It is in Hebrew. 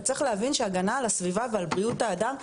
וצריך להבין שהגנה על הסביבה ועל בריאות האדם,